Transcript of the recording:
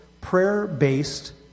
prayer-based